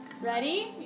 Ready